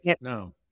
No